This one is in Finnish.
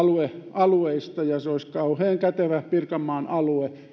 alueista ja se olisi kauhean kätevää pirkanmaan alue